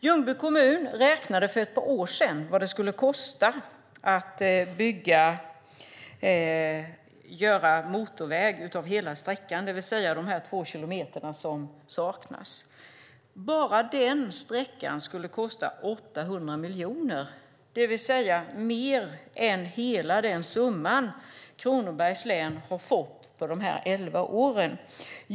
Ljungby kommun räknade för ett par år sedan på vad det skulle kosta att bygga motorväg av hela sträckan, det vill säga de två kilometer som saknas. Bara den sträckan skulle kosta 800 miljoner, alltså mer än hela den summa Kronobergs län fått för de elva åren.